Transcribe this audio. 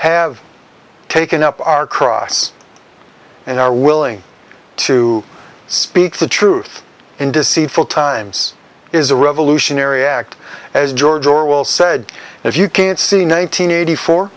have taken up our cross and are willing to speak the truth in deceitful times is a revolutionary act as george orwell said if you can't see nine hundred eighty four